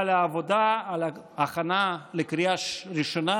אבל עבודת ההכנה לקריאה ראשונה,